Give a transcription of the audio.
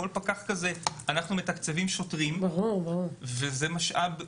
פקח כזה אנחנו מתקצבים שוטרים וזה משאב מוגבל.